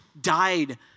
died